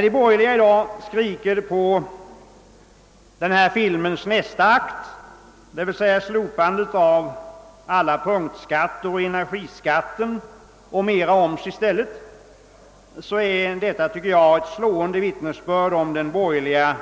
De borgerligas skrik i dag efter filmens nästa akt, d.v.s. slopandet av alla punktskatter och av energiskatten och i stället en höjning av omsen, är ett slående vittnesbörd om den borgerliga